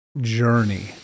journey